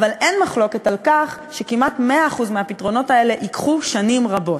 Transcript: אבל אין מחלוקת על כך שכמעט 100% מהפתרונות האלה ייקחו שנים רבות.